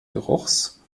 geruchs